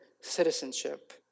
citizenship